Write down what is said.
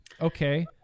Okay